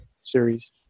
series